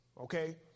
okay